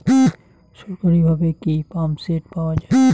সরকারিভাবে কি পাম্পসেট পাওয়া যায়?